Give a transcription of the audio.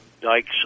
Dyke's